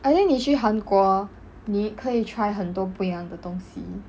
I think 你去韩国你可以 try 很多不一样的东西